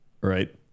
Right